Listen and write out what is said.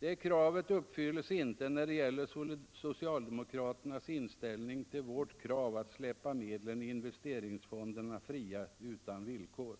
Det kravet uppfylls inte när det gäller socialdemokraternas inställning till vårt krav på att släppa medlen i investeringsfonderna fria utan villkor.